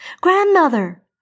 Grandmother